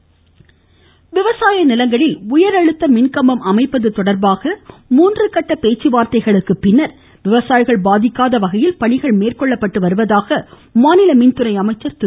தங்கமணி விவசாய நிலங்களில் உயர் அழுத்த மின்கம்பம் அமைப்பது தொடர்பாக மூன்று கட்ட பேச்சுவார்த்தைகளுக்கு பின்னர் விவசாயிகள் பாதிக்காத வகையில் பணிகள் மேற்கொள்ளப்படுவதாக மின்துறை அமைச்சர் திரு